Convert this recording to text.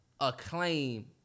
Acclaim